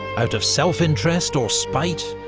out of self-interest or spite,